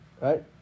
Right